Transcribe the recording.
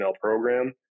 program